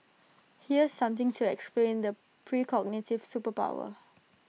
here's something to explain the precognitive superpower